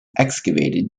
excavated